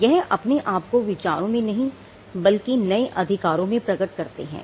यह अपने आप को विचारों में नहीं बल्कि नए अधिकारों में प्रकट करते हैं